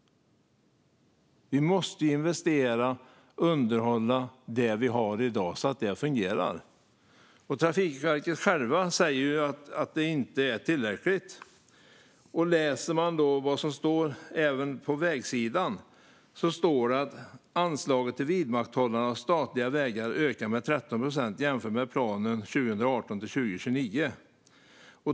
Vi måste investera i underhåll av det vi har i dag, så att det fungerar. Trafikverket självt säger att det inte är tillräckligt. När det gäller vägsidan skriver Trafikverket: "Anslaget till vidmakthållande av statliga vägar ökar med 13 procent jämfört med planen 2018-2029.